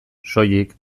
soilik